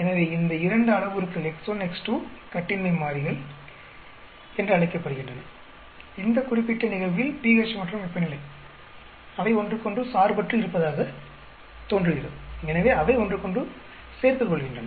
எனவே இந்த இரண்டு அளவுருக்கள் x1 x2 கட்டின்மை மாறிகள் என்று அழைக்கப்படுகின்றன இந்த குறிப்பிட்ட நிகழ்வில் pH மற்றும் வெப்பநிலை அவை ஒன்றுக்கொன்று சார்பற்று இருப்பதாகத் தோன்றுகிறது எனவே அவை ஒன்றுக்கொன்று சேர்த்துக்கொள்கின்றன